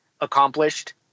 accomplished